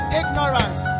ignorance